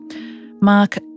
Mark